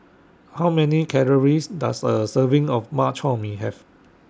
How Many Calories Does A Serving of Bak Chor Mee Have